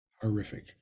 horrific